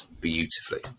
beautifully